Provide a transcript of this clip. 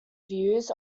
views